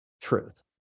truth